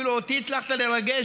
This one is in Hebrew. אפילו אותי הצלחת לרגש,